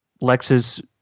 Lex's